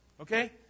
Okay